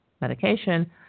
medication